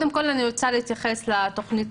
אני רוצה קודם כל להתייחס לתכנית